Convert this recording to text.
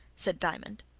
said diamond.